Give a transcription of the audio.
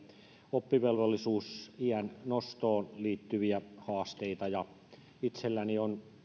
oppivelvollisuusiän nostoon liittyviä haasteita itselläni on